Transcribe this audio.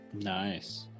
Nice